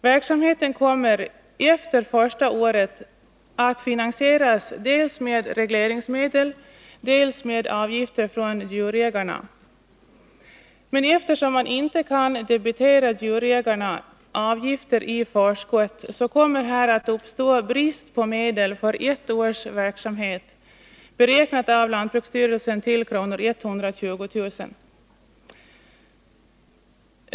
Verksamheten kommer efter det första året att finansieras dels med regleringsmedel, dels med avgifter från djurägarna. Men eftersom man inte kan debitera djurägarna avgifter i förskott kommer det att uppstå en brist på medel för ett års verksamhet, av lantbruksstyrelsen beräknat till 120 000 kr.